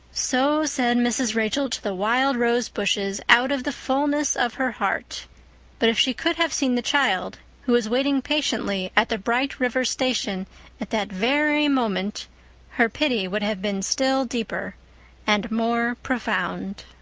so said mrs. rachel to the wild rose bushes out of the fulness of her heart but if she could have seen the child who was waiting patiently at the bright river station at that very moment her pity would have been still deeper and more profound.